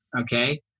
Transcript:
okay